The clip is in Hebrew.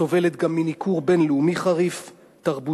סובלת גם מניכור בין-לאומי תרבותי,